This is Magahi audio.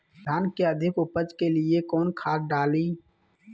धान के अधिक उपज के लिए कौन खाद डालिय?